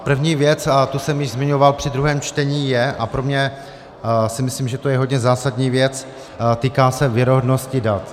První věc, a tu jsem již zmiňoval při druhém čtení, je, a pro mě myslím, že to je hodně zásadní věc, týká se věrohodnosti dat.